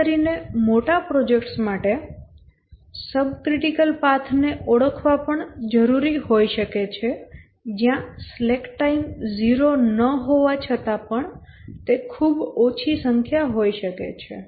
ખાસ કરીને મોટા પ્રોજેક્ટ્સ માટે સબક્રિટિકલ પાથ ને ઓળખવા પણ જરૂરી હોઈ શકે છે જ્યાં સ્લેક ટાઇમ 0 ન હોવા છતાં પણ તે ખૂબ ઓછી સંખ્યા હોઈ શકે છે